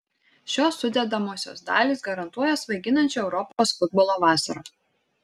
šios sudedamosios dalys garantuoja svaiginančią europos futbolo vasarą